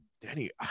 Danny